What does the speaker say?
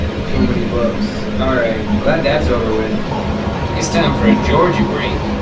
so many books alright, glad that's over with it's time for a georgie break